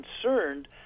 concerned